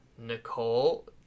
Nicole